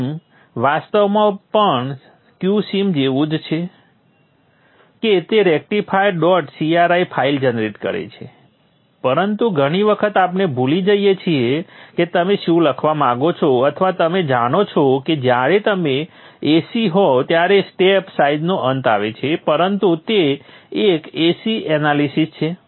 ngSim વાસ્તવમાં પણ q sim જેવું જ છે કે તે rectifier dot cir file generate કરે છે પરંતુ ઘણી વખત આપણે ભૂલી જઈએ છીએ કે તમે શું લખવા માંગો છો અથવા તમે જાણો છો કે જ્યારે તમે a c હોવ ત્યારે સ્ટેપ સાઈઝનો અંત આવે છે પરંતુ જો તે એક a c એનાલિસીસ છે